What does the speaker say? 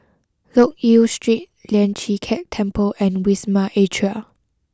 Loke Yew Street Lian Chee Kek Temple and Wisma Atria